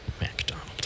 McDonald